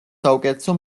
საუკეთესო